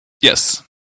Yes